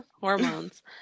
Hormones